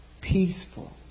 peaceful